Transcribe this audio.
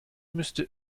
müsste